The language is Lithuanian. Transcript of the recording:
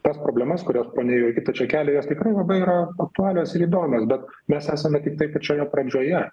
tas problemas kurios ponia jurgita čia kelia jos tikrai labai yra aktualios ir įdomios bet mes esame tiktai pačioje pradžioje